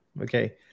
Okay